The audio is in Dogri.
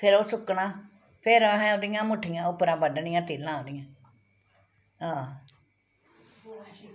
ते फिर ओह् सुक्कना फिर असें ओह्दी मुट्ठियां उप्परां बड्ढनियां तीलां ओह्दियां हां